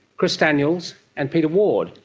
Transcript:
chris daniels and peter ward.